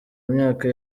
myaka